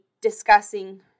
discussing